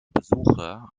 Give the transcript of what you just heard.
besucher